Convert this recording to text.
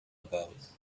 about